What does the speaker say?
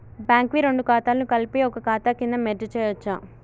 Bank వి రెండు ఖాతాలను కలిపి ఒక ఖాతా కింద మెర్జ్ చేయచ్చా?